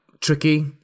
tricky